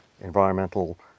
environmental